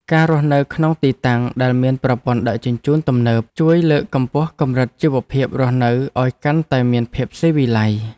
ការរស់នៅក្នុងទីតាំងដែលមានប្រព័ន្ធដឹកជញ្ជូនទំនើបជួយលើកកម្ពស់កម្រិតជីវភាពរស់នៅឱ្យកាន់តែមានភាពស៊ីវិល័យ។